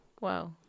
Wow